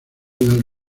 del